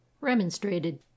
remonstrated